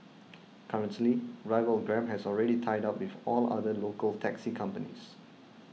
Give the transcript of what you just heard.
currently rival Grab has already tied up with all other local taxi companies